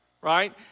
right